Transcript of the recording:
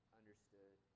understood